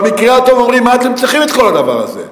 במקרה הטוב אומרים: מה אתם צריכים את כל הדבר הזה?